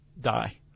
die